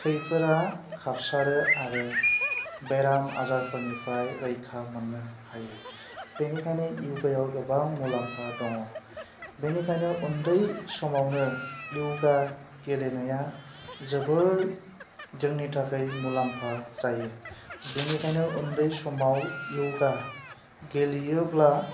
थैफोरा खारसारो आरो बेराम आजारफोरनिफ्राय रैखा मोन्नो हायो बेनिखायनो यगा याव गोबां मुलाम्फा दङ बेनिखायनो उन्दै समावनो यगा गेलेनाया जोबोर जोंनि थाखाय मुलाम्फा जायो बेनिखायनो उन्दै समाव यगा गेलेयोब्ला